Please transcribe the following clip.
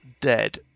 dead